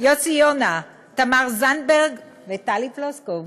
יוסי יונה, תמר זנדברג וטלי פלוסקוב.